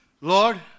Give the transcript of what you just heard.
Lord